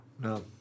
No